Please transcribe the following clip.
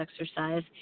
exercise